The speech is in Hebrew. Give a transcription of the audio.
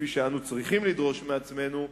כפי שאנו צריכים לדרוש מעצמנו,